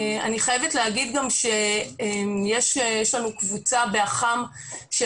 אני חייבת לומר שיש לנו קבוצה באח"מ של